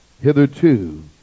Hitherto